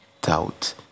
doubt